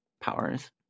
powers